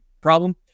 Problem